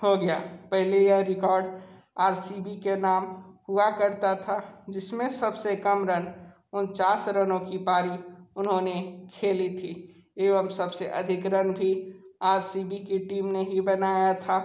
हो गया पहले यह रिकॉर्ड आर सी बी के नाम हुआ करता था जिस ने सब से कम रन उनचास रनों की पारी उन्होंने खेली थी एवं सब से अधिक रन भी आर सी बी की टीम ने ही बनाए थे